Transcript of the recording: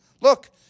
Look